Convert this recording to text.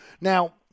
Now